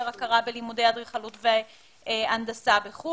הכרה בלימודי אדריכלות והנדסה בחוץ